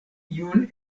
iun